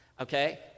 Okay